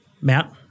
Matt